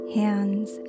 hands